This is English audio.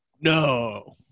no